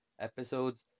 episodes